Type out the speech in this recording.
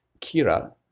Kira